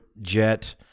jet